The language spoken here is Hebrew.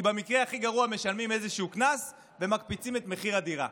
כי במקרה הכי גרוע משלמים איזשהו קנס ומקפיצים את מחיר הדירה.